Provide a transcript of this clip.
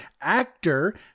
actor